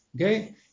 okay